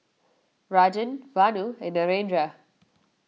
Rajan Vanu and Narendra